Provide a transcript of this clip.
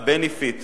ה-benefit,